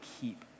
keep